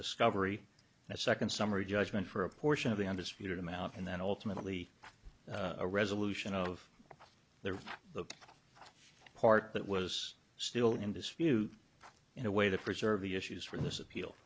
discovery that second summary judgment for a portion of the undisputed amount and then ultimately a resolution of the the part that was still in dispute in a way to preserve the issues from this appeal